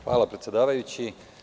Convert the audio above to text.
Hvala, predsedavajući.